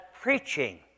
preaching